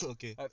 Okay